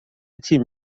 تیم